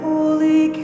Holy